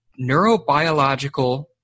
neurobiological